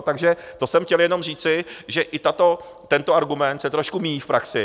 Takže to jsem chtěl jenom říci, že i tento argument se trošku míjí v praxi.